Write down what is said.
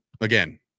again